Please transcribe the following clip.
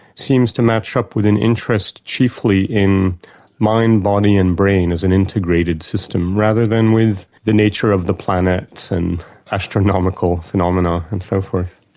seems to match up with an interest chiefly in mind, body and brain as an integrated system, rather than with the nature of the planets, and astronomical phenomena and so forth.